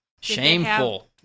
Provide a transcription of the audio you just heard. Shameful